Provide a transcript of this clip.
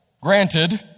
granted